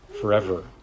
forever